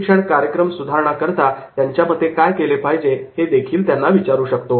प्रशिक्षण कार्यक्रम सुधारण्याकरता त्यांच्या मते काय केले पाहिजे हे देखील त्यांना विचारू शकतो